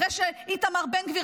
אחרי שאיתמר בן גביר,